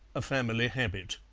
a family habit.